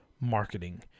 marketing